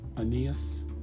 Aeneas